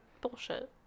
bullshit